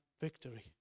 victory